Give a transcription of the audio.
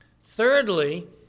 Thirdly